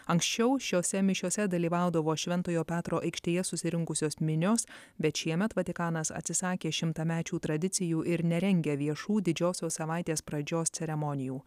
anksčiau šiose mišiose dalyvaudavo šventojo petro aikštėje susirinkusios minios bet šiemet vatikanas atsisakė šimtamečių tradicijų ir nerengia viešų didžiosios savaitės pradžios ceremonijų